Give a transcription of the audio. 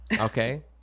okay